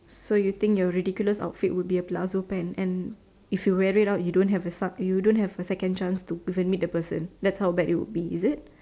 so you think your ridiculous outfit would be a blouse or pant and if you wear it you don't have you don't have a second chance to meet the person that's how bad it will be is it